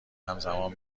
همزمان